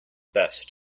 best